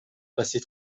passé